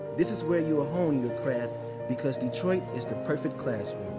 this is where you hone your craft because detroit is the perfect classroom.